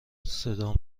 صدام